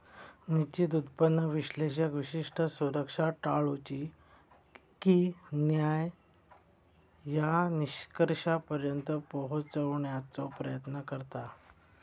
निश्चित उत्पन्न विश्लेषक विशिष्ट सुरक्षा टाळूची की न्हाय या निष्कर्षापर्यंत पोहोचण्याचो प्रयत्न करता